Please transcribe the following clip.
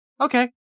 Okay